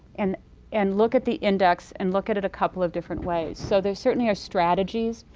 and and look at the index and look at it a couple of different ways. so there certainly are strategies,